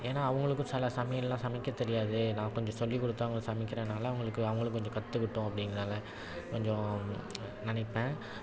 ஏன்னால் அவங்களுக்கும் சில சமையலெல்லாம் சமைக்க தெரியாது நான் கொஞ்சம் சொல்லிக் கொடுத்து அவங்கள சமைக்கிறனால் அவங்களுக்கு அவங்களும் கொஞ்சம் கற்றுக்கிட்டும் அப்படிங்கிறதால கொஞ்சம் நினைப்பேன்